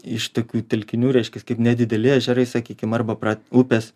iš tokių telkinių reiškias kaip nedideli ežerai sakykim arba pra upės